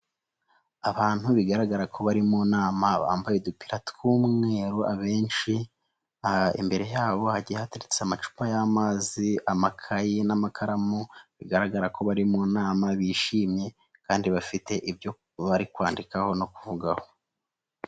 Abantu bigaragara ko bari mu nama bambaye udupira tw'umweru abenshi, imbere yabo hagiye hateretse amacupa y'amazi ,amakayi ,n'amakaramu bigaragara ko bari mu nama bishimye, kandi bafite ibyo bari kwandikaho no kuvugaho.